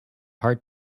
heart